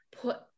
put